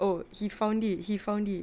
oh he found it he found it